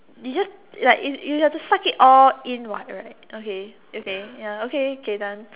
you just ya you you have to suck it all in what right okay okay ya okay okay done